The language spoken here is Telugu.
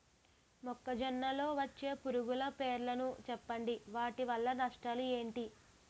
మొక్కజొన్న లో వచ్చే పురుగుల పేర్లను చెప్పండి? వాటి వల్ల నష్టాలు ఎంటి?